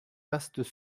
vastes